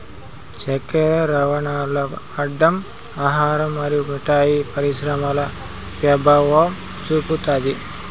చక్కర రవాణాల్ల అడ్డం ఆహార మరియు మిఠాయి పరిశ్రమపై పెభావం చూపుతాది